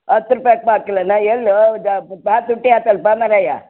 ಹತ್ತು ರೂಪಾಯ್ಗ್ ಪಾವು ಕಿಲೋನಾ ಎಲ್ಲೋ ಭಾಳ ತುಟ್ಟಿ ಆತಲ್ಲಪ್ಪ ಮಾರಾಯಾ